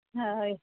हय